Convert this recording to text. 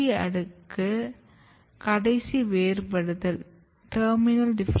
கடைசி அடுக்கில் கடைசி வேறுபடுதல் நாடாகும்